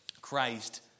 Christ